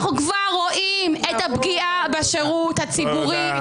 אנחנו כבר רואים את הפגיעה בשירות הציבורי.